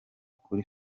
kuri